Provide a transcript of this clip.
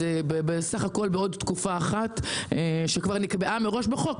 בסך הכול מדובר בעוד תקופה אחת שכבר נקבעה מראש בחוק,